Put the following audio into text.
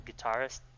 guitarist